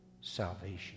salvation